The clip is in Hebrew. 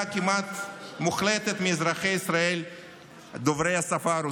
כמעט מוחלטת מאזרחי ישראל דוברי השפה הרוסית.